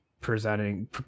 presenting